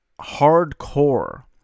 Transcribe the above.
hardcore